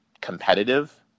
Competitive